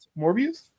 Morbius